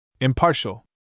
impartial